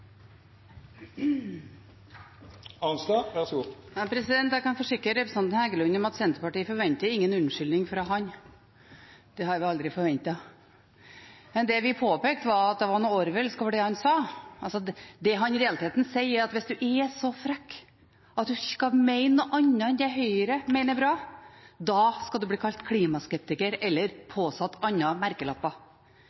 Jeg kan forsikre representanten Heggelund om at Senterpartiet ikke forventer noen unnskyldning fra ham. Det har vi aldri forventet. Det vi påpekte, var at det var noe «orwellsk» over det han sa. Altså: Det han i realiteten sier, er at hvis en er så frekk at en kan mene noe annet enn det Høyre mener er bra, da skal en bli kalt klimaskeptiker eller